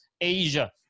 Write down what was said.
Asia